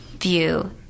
view